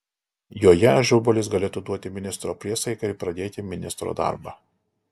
joje ažubalis galėtų duoti ministro priesaiką ir pradėti ministro darbą